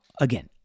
again